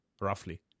roughly